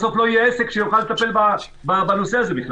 בסוף לא יהיה עסק שיוכל לטפל בנושא הזה.